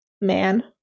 man